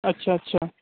ਅੱਛਾ ਅੱਛਾ